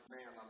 Man